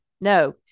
no